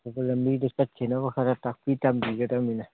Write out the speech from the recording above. ꯑꯐꯕ ꯂꯝꯕꯤꯗ ꯆꯠꯈꯤꯅꯕ ꯈꯔ ꯇꯥꯛꯄꯤ ꯇꯝꯕꯤꯒꯗꯃꯤꯅꯦ